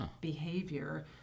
behavior